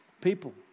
people